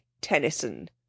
Tennyson